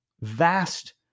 vast